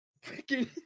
Freaking